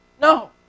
No